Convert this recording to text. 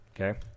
Okay